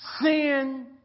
Sin